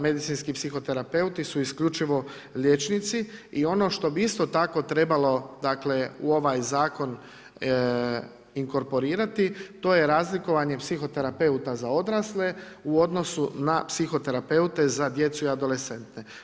Medicinski psihoterapeuti su isključivo liječnici i ono što bi isto tako trebalo u ovaj zakon inkorporirati to je razlikovanje psihoterapeuta za odrasle u odnosu na psihoterapeuta za djecu i adolescente.